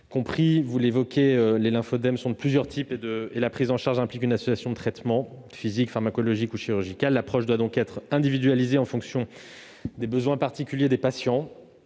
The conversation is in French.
plusieurs types de lymphoedèmes et leur prise en charge implique une association de traitements : physique, pharmacologique ou chirurgical. L'approche doit donc être individualisée en fonction des besoins particuliers des patients.